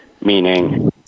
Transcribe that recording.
meaning